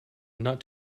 not